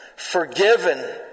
forgiven